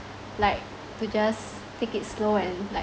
like to just take it slow and like